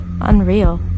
unreal